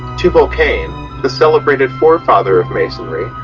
tubal-cain, the celebrated forefather of masonry,